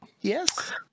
Yes